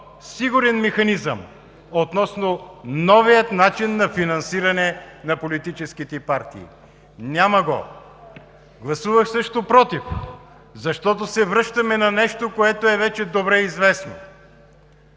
сигурен механизъм относно новия начин на финансиране на политическите партии. Няма го! Гласувах също против, защото се връщаме на нещо, което вече е добре известно